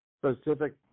specific